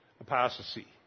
apostasy